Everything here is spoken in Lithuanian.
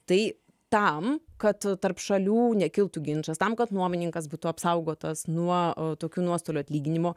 tai tam kad tarp šalių nekiltų ginčas tam kad nuomininkas būtų apsaugotas nuo tokių nuostolių atlyginimo